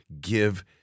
give